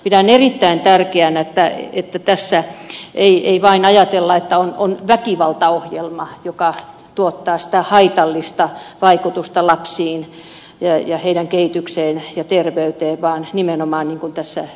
pidän erittäin tärkeänä että tässä ei ajatella että on vain väkivaltaohjelma joka tuottaa sitä haitallista vaikutusta lapsiin ja heidän kehitykseensä ja terveyteensä vaan nimenomaan niin kuin tässä ed